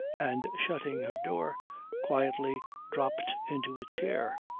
and shutting her door quietly, dropped into a chair.